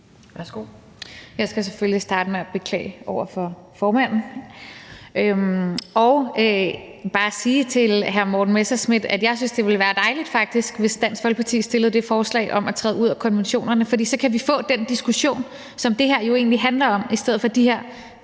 Jeg skal selvfølgelig starte med at beklage over for formanden. Så vil jeg bare sige til hr. Morten Messerschmidt, at jeg synes, det faktisk ville være dejligt, hvis Dansk Folkeparti fremsatte det forslag om at træde ud af konventionerne, for så kan vi få den diskussion, som det her jo egentlig handler om, i stedet for de her